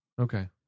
Okay